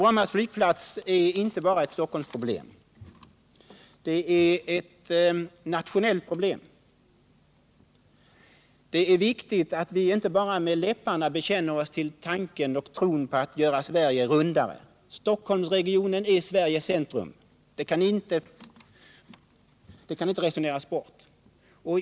Bromma flygplats är emellertid inte bara ett problem för Stockholm utan också ett nationellt problem. Det är viktigt att vi inte bara med läpparna bekänner oss till tanken på att göra Sverige ”rundare”. Stockholmsregionen är Sveriges centrum; det är ett faktum som inte kan resoneras bort.